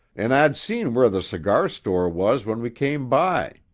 an' i'd seen where the cigar-store was when we came by.